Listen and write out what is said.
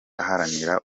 aharanira